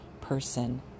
person